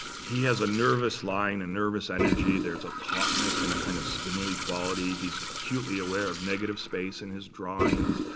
he has a nervous line, a nervous energy. there's a tautness and a kind of spindly quality. he's acutely aware of negative space in his drawings.